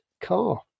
car